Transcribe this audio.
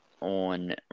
on